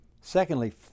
Secondly